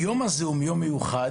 היום הזה הוא יום מיוחד,